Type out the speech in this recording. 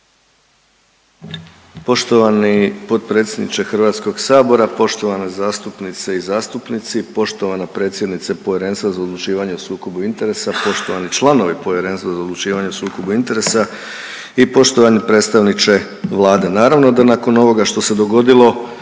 Poštovani potpredsjedniče HS-a, poštovane zastupnice i zastupnici, poštovana predsjednice Povjerenstva za odlučivanje o sukobu interesa, poštovani članovi Povjerenstva za odlučivanje o sukobu interesa i poštovani predstavniče Vlade. Naravno da nakon ovoga što se dogodilo